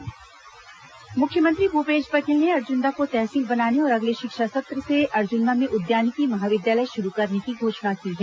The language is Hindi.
मुख्यमंत्री बालोद बेमेतरा मुख्यमंत्री भूपेश बघेल ने अर्जुंदा को तहसील बनाने और अगले शिक्षा सत्र से अर्जुदा में उद्यानिकी महाविद्यालय शुरू करने की घोषणा की है